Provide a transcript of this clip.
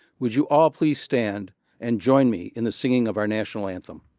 would you all please stand and join me in the singing of our national anthem?